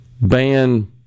Ban